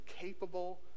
capable